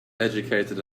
educated